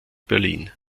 berlin